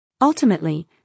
Ultimately